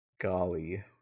Golly